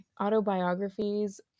autobiographies